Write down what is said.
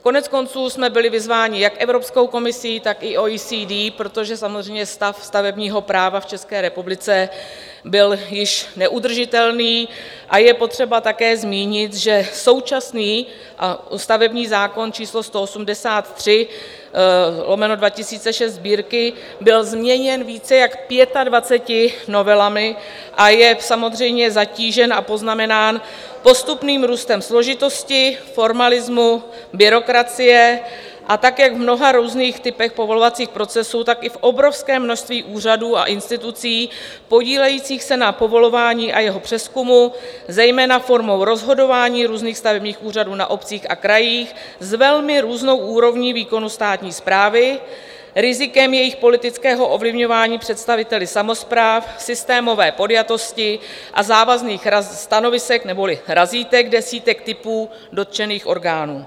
Koneckonců jsme byli vyzváni jak Evropskou komisí, tak i OECD, protože samozřejmě stav stavebního práva v České republice byl již neudržitelný, a je potřeba také zmínit, že současný stavební zákon č. 183/2006 Sb. byl změněn více než pětadvaceti novelami a je samozřejmě zatížen a poznamenán postupným růstem složitosti, formalismu, byrokracie a tak, jak v různých typech povolovacích procesů, tak i v obrovském množství úřadů a institucí podílejících se na povolování a jeho přezkumu, zejména formou rozhodování různých stavebních úřadů na obcích a krajích, s velmi různou úrovní výkonu státní správy, rizikem jejich politického ovlivňování představiteli samospráv, systémové podjatosti a závazných stanovisek neboli razítek desítek typů dotčených orgánů.